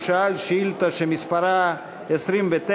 הוא שאל שאילתה שמספרה 29,